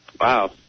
Wow